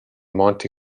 monte